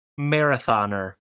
marathoner